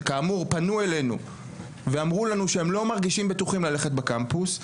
שכאמור פנו אלינו ואמרו לנו שהם לא מרגישים בטוחים ללכת בקמפוס.